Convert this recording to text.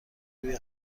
روی